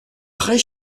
prés